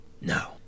No